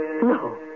No